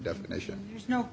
definition now